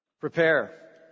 prepare